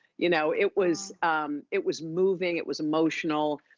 you know? it was it was moving, it was emotional.